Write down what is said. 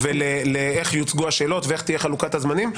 ואיך יוצגו השאלות ואיך תהיה חלוקת הזמנים.